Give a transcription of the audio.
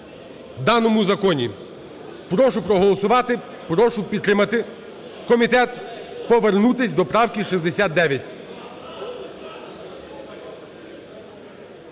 даному законі. Прошу проголосувати, прошу підтримати комітет повернутись до правки 69.